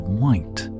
white